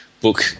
book